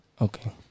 okay